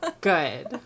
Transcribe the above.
good